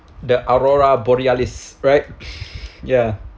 the aurora borealis right ya